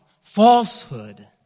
falsehood